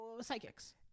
psychics